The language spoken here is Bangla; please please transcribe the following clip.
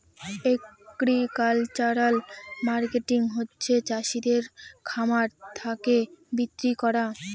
এগ্রিকালচারাল মার্কেটিং হচ্ছে চাষিদের খামার থাকে বিক্রি করা